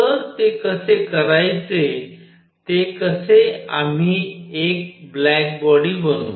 तर ते कसे करायचे ते कसे आम्ही एक ब्लॉक बॉडी बनवू